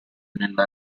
nella